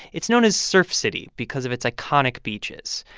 it's known as surf city because of its iconic beaches.